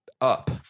Up